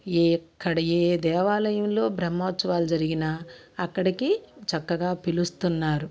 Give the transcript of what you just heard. ఎక్కడ ఏ దేవాలయంలో బ్రహ్మోత్సవాలు జరిగినా అక్కడికి చక్కగా పిలుస్తున్నారు